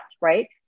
right